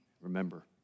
remember